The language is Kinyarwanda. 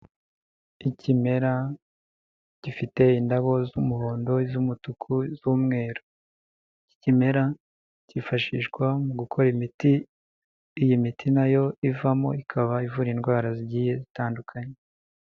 Ikimera gifite indabo z'umuhondo, iz'umutuku iz'umweru. Iki kimera cyifashishwa mu gukora imiti iyi miti nayo ivamo ikaba ivura indwara zigiye zitandukanye.